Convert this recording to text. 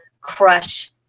crush